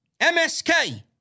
MSK